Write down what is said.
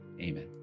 Amen